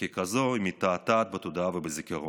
וככזאת היא מתעתעת בתודעה ובזיכרון.